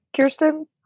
Kirsten